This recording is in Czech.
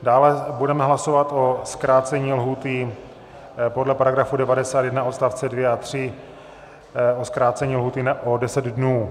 Dále budeme hlasovat o zkrácení lhůty podle § 91 odst. 2 a 3 o zkrácení lhůty o 10 dnů.